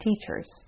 teachers